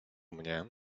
mnie